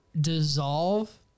dissolve